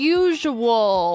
usual